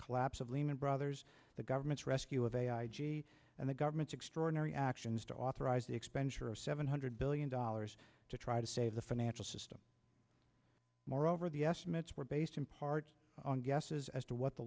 collapse of lehman brothers the government's rescue of ai g and the government's extraordinary actions to authorize the expenditure of seven hundred billion dollars to try to save the financial system moreover the estimates were based in part on guesses as to what the